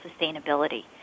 sustainability